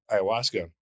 ayahuasca